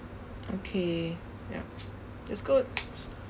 okay ya that's good